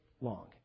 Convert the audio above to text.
long